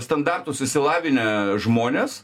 standartus išsilavinę žmonės